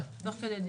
תוך כדי דיון.